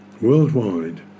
worldwide